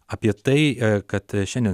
apie tai kad šiandien